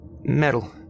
Metal